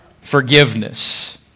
forgiveness